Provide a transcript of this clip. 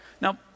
Now